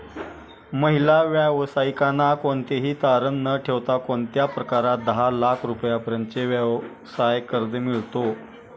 महिला व्यावसायिकांना कोणतेही तारण न ठेवता कोणत्या प्रकारात दहा लाख रुपयांपर्यंतचे व्यवसाय कर्ज मिळतो?